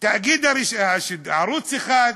ערוץ 1,